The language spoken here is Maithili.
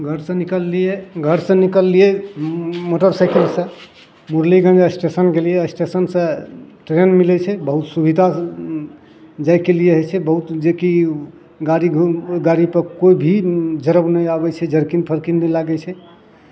घरसँ निकललियै घरसँ निकललियै मोटरसाइकिलसँ मुरलीगंज स्टेशन गेलियै स्टेशनसँ ट्रेन मिलै छै बहुत सुविधा जायके लिए होइ छै बहुत जेकि गाड़ी घूम गाड़ीपर कोइ भी जरब नहि आबै छै जरकिन फरकिन नहि लागै छै